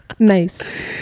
nice